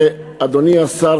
אדוני השר,